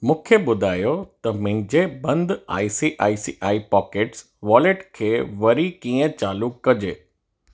मूंखे ॿुधायो त मुंहिंजे बंदि I C I C I pockets wallet खे वरी कीअं चालू कजे